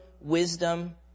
wisdom